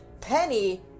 Penny